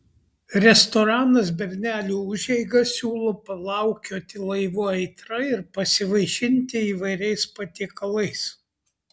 restoranas bernelių užeiga siūlo plaukioti laivu aitra ir pasivaišinti įvairiais patiekalais